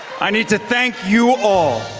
i need to thank you all.